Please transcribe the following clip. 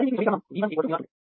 మరియు మీకు ఈ సమీకరణం V1V0ఉంది